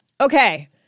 Okay